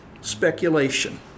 speculation